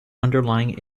underlying